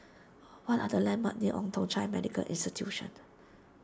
what are the landmarks near Old Thong Chai Medical Institution